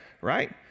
right